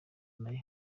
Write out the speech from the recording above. nayo